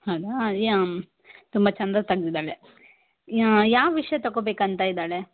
ಹೌದಾ ಯ ತುಂಬ ಚಂದ ತಗ್ದಿದ್ದಾಳೆ ಯಾವ ವಿಷಯ ತಕೊಬೇಕಂತ ಇದ್ದಾಳೆ